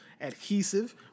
adhesive